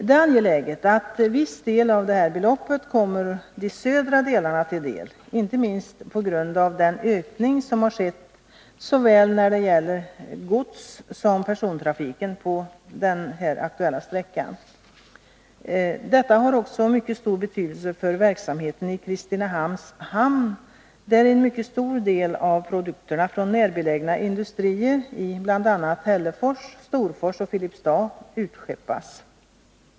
Det är angeläget att en viss del av detta belopp kommer de södra delarna till godo, inte minst på grund av den ökning som skett då det gäller såväl godstrafiken som persontrafiken på den aktuella sträckan. Detta har också mycket stor betydelse för verksamheten i Kristinehamns hamn, där en mycket stor del av produkterna från närbelägna industrier i bl.a. Hällefors, Storfors och Filipstad utskeppas.